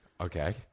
Okay